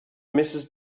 mrs